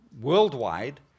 worldwide